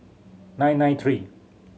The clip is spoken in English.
nine nine three